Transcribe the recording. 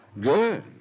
Good